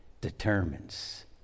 determines